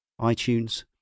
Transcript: iTunes